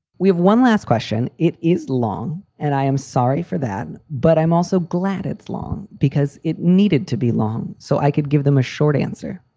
we have one last question. it is long and i am sorry for that. but i'm also glad it's long because it needed to be long so i could give them a short answer